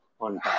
on